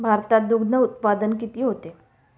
भारतात दुग्धउत्पादन किती होते?